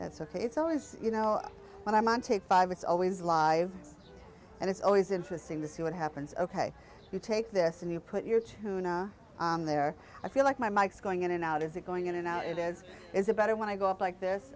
that's ok it's always you know when i'm on take five it's always live and it's always interesting to see what happens ok you take this and you put your tuna on there i feel like my mike's going in and out is it going in and out it is is it better when i go up like this